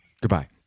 Goodbye